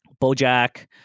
bojack